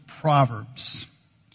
Proverbs